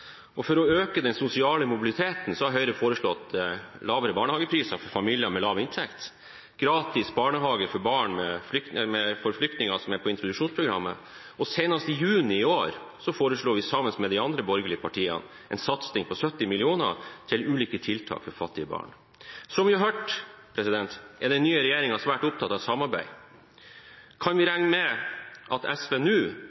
For å øke den sosiale mobiliteten har Høyre foreslått lavere barnehagepriser for familier med lav inntekt, gratis barnehage for barn av flyktninger som er på institusjonsprogrammet, og senest i juni i år foreslo vi sammen med de andre borgerlige partiene en satsing på 70 mill. kr til ulike tiltak for fattige barn. Som vi har hørt, er den nye regjeringen svært opptatt av samarbeid. Kan vi regne med at SV nå